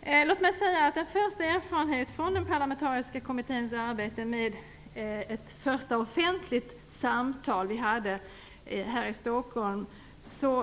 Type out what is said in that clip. En första erfarenhet från den parlamentariska kommitténs arbete med ett första offentligt samtal här i Stockholm är